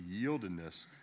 yieldedness